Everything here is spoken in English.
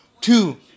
Two